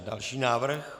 Další návrh.